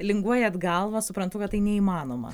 linguojat galvą suprantu kad tai neįmanoma